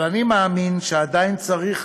אבל אני מאמין שעדיין צריך